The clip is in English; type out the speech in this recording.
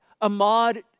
Ahmad